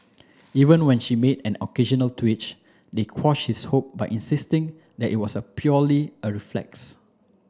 even when she made an occasional twitch they quash his hope by insisting that it was a purely a reflex